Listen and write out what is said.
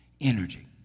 energy